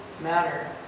matter